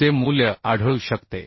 चे मूल्य आढळू शकते